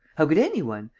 how could any one,